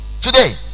today